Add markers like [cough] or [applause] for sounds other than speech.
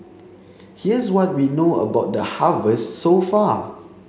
[noise] here's what we know about the harvest so far